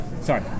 sorry